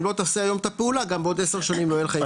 אם לא תעשה היום את הפעולה גם בעוד עשר שנים לא יהיה לך אישור.